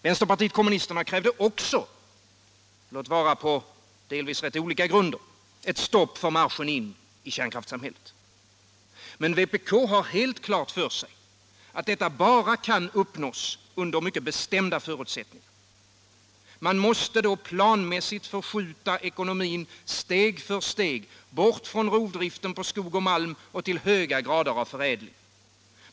Vänsterpartiet kommunisterna krävde också, låt vara på delvis andra grunder, ett stopp för marschen in i kärnkraftssamhället. Men vpk har helt klart för sig att detta bara kan uppnås under mycket bestämda förutsättningar. Man måste planmässigt förskjuta ekonomin steg för steg bort från rovdriften på skog och malm till höga grader av förädling.